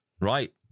Right